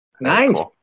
Nice